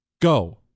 go